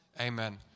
amen